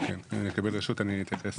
מבקש להתייחס